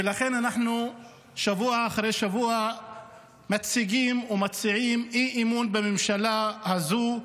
ולכן אנחנו שבוע אחרי שבוע מציגים ומציעים אי-אמון בממשלה הזו,